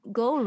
go